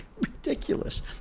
ridiculous